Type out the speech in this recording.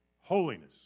holiness